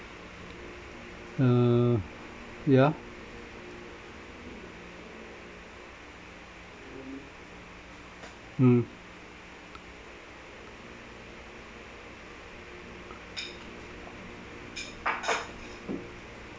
uh yeah mm